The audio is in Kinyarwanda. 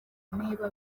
niba